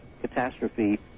catastrophe